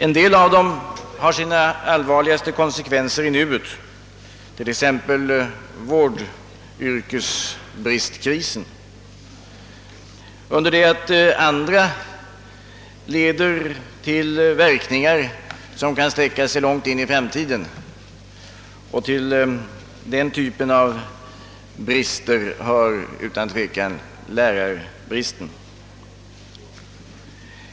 En del av dem har sina allvarligaste konsekvenser i nuet — t.ex. vårdyrkeskrisen — under det att andra får verkningar som kan sträcka sig långt in i framtiden. Till den senare typen av brister hör utan tvekan lärarbristen.